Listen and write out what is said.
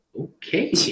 Okay